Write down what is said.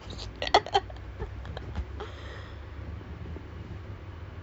she's very scared of cats though I I not sure how it's gonna turn out